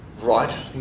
right